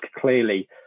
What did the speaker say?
clearly